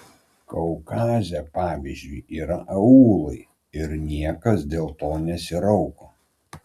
kaukaze pavyzdžiui yra aūlai ir niekas dėl to nesirauko